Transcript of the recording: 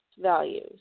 values